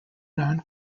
non